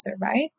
right